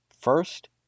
First